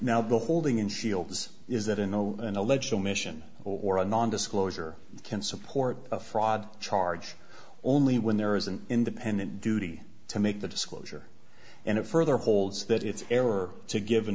now the holding in fields is that in the an alleged omission or a non disclosure can support a fraud charge or only when there is an independent duty to make the disclosure and it further holds that it's error to give an